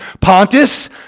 Pontus